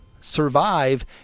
survive